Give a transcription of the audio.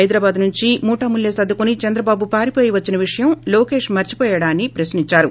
హైదరాబాద్ నుంచి మూటా ముల్లె సర్దుకుని చంద్రబాబు పారిపోయివచ్చిన విషయం లోకేశ్ మర్పిపోయాడా అని ప్రశ్నించారు